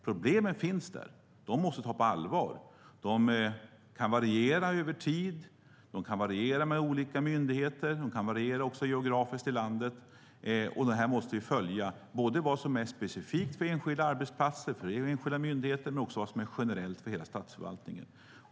Problemen finns där, och dem måste man ta på allvar. De kan variera över tid, de kan variera mellan olika myndigheter och de kan också variera geografiskt över landet. Detta måste vi följa både när det gäller vad som är specifikt för enskilda arbetsplatser och enskilda myndigheter och när det gäller vad som är generellt för hela statsförvaltningen.